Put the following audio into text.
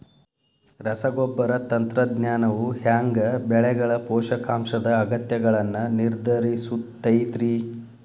ರಸಗೊಬ್ಬರ ತಂತ್ರಜ್ಞಾನವು ಹ್ಯಾಂಗ ಬೆಳೆಗಳ ಪೋಷಕಾಂಶದ ಅಗತ್ಯಗಳನ್ನ ನಿರ್ಧರಿಸುತೈತ್ರಿ?